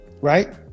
right